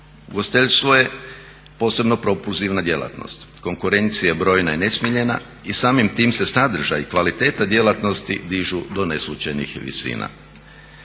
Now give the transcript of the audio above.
Ugostiteljstvo je posebno propulzivna djelatnost, konkurencija je brojna i nesmiljena i samim time se sadržaj i kvaliteta djelatnosti dižu do neslućenih visina.